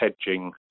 hedging